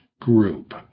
group